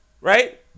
Right